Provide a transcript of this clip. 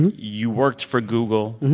you worked for google.